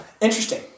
Interesting